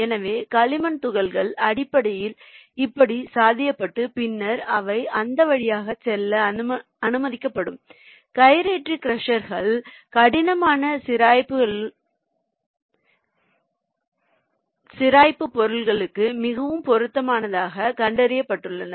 எனவே களிமண் துகள்கள் அடிப்படையில் இப்படிச் சுத்தியப்பட்டு பின்னர் அவை அந்த வழியாகச் செல்ல அனுமதிக்கப்படும் கைரேட்டரி க்ரஷர்கள் கடினமான சிராய்ப்புப் பொருளுக்கு மிகவும் பொருத்தமானதாகக் கண்டறியப்பட்டுள்ளது